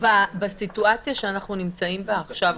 בסיטואציה שאנחנו נמצאים בה עכשיו,